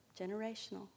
Generational